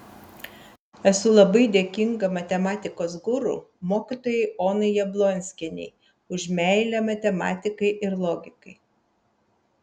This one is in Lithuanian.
esu labai dėkinga matematikos guru mokytojai onai jablonskienei už meilę matematikai ir logikai